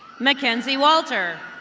mckenzie walter.